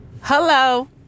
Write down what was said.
Hello